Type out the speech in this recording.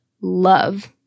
love